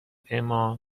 اِما